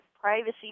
privacy